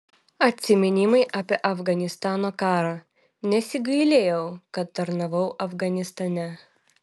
atsiminimai apie afganistano karą nesigailėjau kad tarnavau afganistane